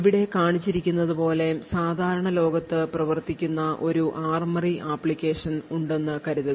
ഇവിടെ കാണിച്ചിരിക്കുന്നതുപോലെ സാധാരണ ലോകത്ത് പ്രവർത്തിക്കുന്ന ഒരു ARMORY ആപ്ലിക്കേഷൻ ഉണ്ടെന്ന് കരുതുക